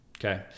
Okay